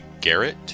Garrett